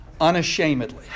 unashamedly